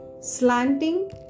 slanting